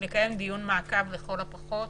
לקיים דיון מעקב לכל הפחות.